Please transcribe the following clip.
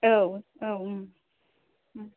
औ औ